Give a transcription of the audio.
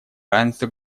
равенства